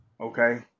Okay